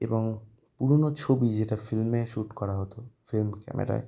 এবং পুরোনো ছবি এটা ফিল্মে শ্যুট করা হতো ফ্রেম ক্যামেরায়